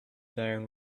down